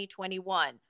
2021